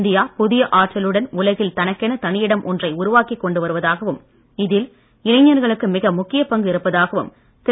India புதிய ஆற்றலுடன் உலகில் தனக்கென தனி இடம் ஒன்றை உருவாக்கிக் கொண்டு வருவதாகவும் இதில் இளைஞர்களுக்கு மிக முக்கியப் பங்கு இருப்பதாகவும் திரு